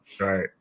Right